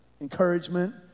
encouragement